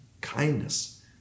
kindness